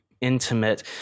intimate